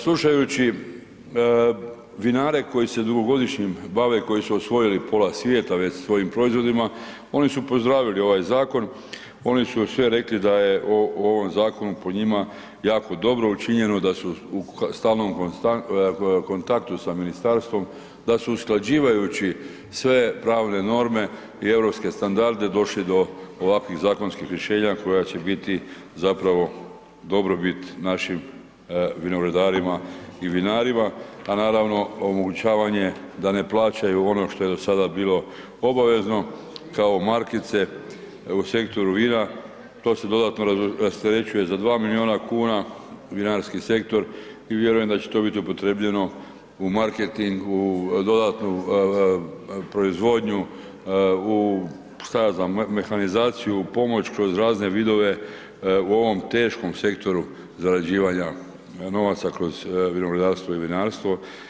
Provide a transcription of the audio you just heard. Slušajući vinare koji se dugogodišnjim bave koji su osvojili pola svijeta već sa svojim proizvodima, oni su pozdravili ovaj zakon, oni su sve rekli da je o ovom zakonu po njima jako dobro učinjeno, da su u stalnom kontaktu sa Ministarstvom, da su usklađivajući sve pravne norme i europske standarde došli do ovakvih zakonskih rješenja koja će biti zapravo dobrobit našim vinogradarima i vinarima a naravno omogućavanje da ne plaćaju ono što je do sada bilo obavezno kao markice u sektoru vina to se dodatno rasterećuje za dva milijuna kuna, vinarski sektor i vjerujem da će to biti upotrjebljeno u marketingu, u dodatnu proizvodnju, u šta ja znam mehanizaciju, u pomoć kroz razne vidove u ovom teškom sektoru zarađivanja novaca kroz vinogradarstvo i vinarstvo.